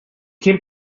came